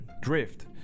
Drift